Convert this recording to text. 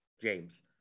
James